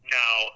now